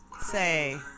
say